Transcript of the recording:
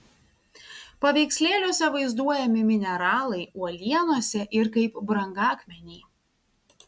paveikslėliuose vaizduojami mineralai uolienose ir kaip brangakmeniai